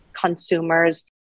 consumers